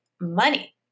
money